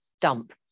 dump